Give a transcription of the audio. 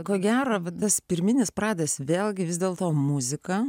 ko gero tas pirminis pradas vėlgi vis dėl to muzika